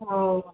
ओ